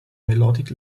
melodic